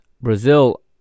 Brazil